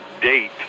date